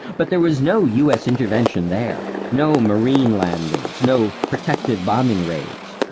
but there was no u s. intervention there, no marine landings, no protective bombing raids.